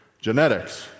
genetics